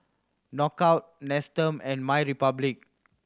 Knockout Nestum and MyRepublic